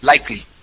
likely